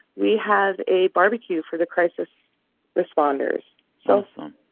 we have a barbecue for the crisis responders yeah awesome